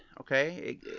okay